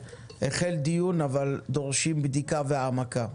שהחל דיון על אודותיהם אך הם עדיין דורשים בדיקה והעמקה.